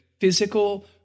physical